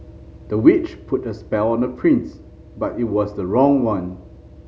the witch put a spell on the prince but it was the wrong one